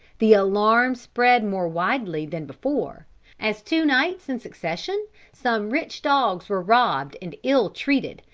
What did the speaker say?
the alarm spread more widely than before as, two nights in succession, some rich dogs were robbed and ill-treated,